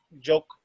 joke